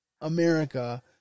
America